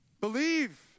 Believe